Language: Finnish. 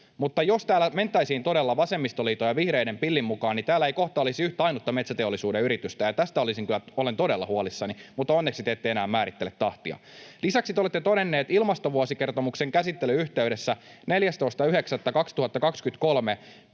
Mutta jos täällä mentäisiin todella vasemmistoliiton ja vihreiden pillin mukaan, niin täällä ei kohta olisi yhtä ainutta metsäteollisuuden yritystä, ja tästä olisin kyllä todella huolissani. Mutta onneksi te ette enää määrittele tahtia. Lisäksi te olette todenneet ilmastovuosikertomuksen käsittelyn yhteydessä 14.9.2023